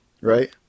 Right